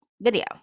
video